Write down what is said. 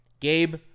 Gabe